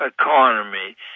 economy